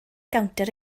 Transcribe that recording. gownter